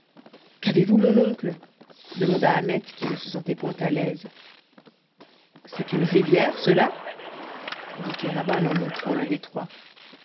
qu'avez-vous mon oncle demanda ahmet qui ne se sentait point à l'aise c'est une rivière cela dit kéraban en montrant le détroit